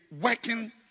working